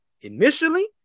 Initially